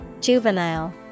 Juvenile